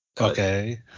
Okay